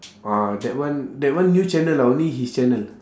ah that one that one new channel lah only his channel